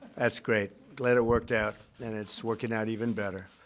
that's great. glad it worked out and it's working out even better.